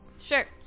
Sure